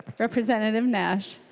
representative nash